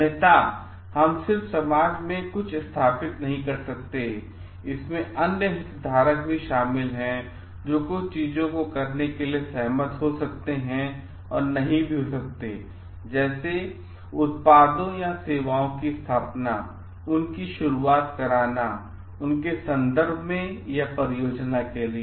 अन्यथा हम सिर्फ समाज में कुछ स्थापित नहीं कर सकते हैं इसमें अन्य हितधारक शामिल हैं जो कुछ चीजों को करने के लिए सहमत हो सकते हैं या नहीं भी हो सकते हैं जैसे उत्पादों या सेवाओं की स्थापना उनकी शुरुआत कराना के संदर्भ या परियोजना के लिए